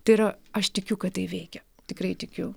tai yra aš tikiu kad tai veikia tikrai tikiu